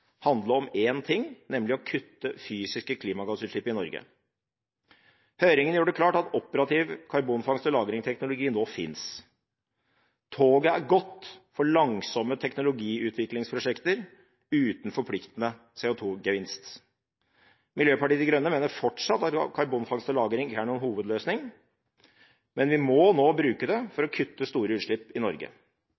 om én ting, nemlig å kutte fysiske klimagassutslipp i Norge. Høringen gjorde det klart at operativ teknologi for karbonfangst og -lagring nå finnes. Toget er gått for langsomme teknologiutviklingsprosjekter uten forpliktende CO2-gevinst. Miljøpartiet De Grønne mener fortsatt at karbonfangst og -lagring ikke er noen hovedløsning, men vi må nå bruke det for